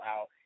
out